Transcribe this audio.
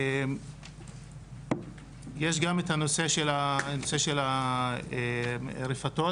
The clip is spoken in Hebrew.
יש גם את נושא הרפתות.